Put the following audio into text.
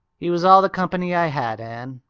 he was all the company i had, anne.